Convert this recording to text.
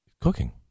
cooking